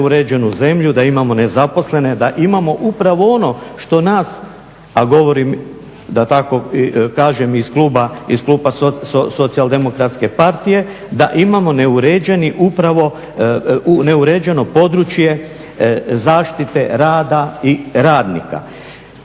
da imamo neuređenu zemlju, da imamo nezaposlene, da imamo upravo ono što nas a govorim da tako kažem iz kluba Socijaldemokratske partije, da imamo neuređeni upravo, neuređeno područje zaštite rada i radnika.